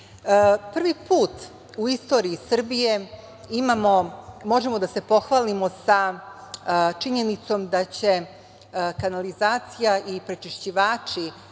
put u istoriji Srbije možemo da se pohvalimo sa činjenicom da će kanalizacija i fabrike za